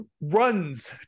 runs